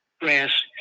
grass